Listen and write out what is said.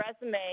resume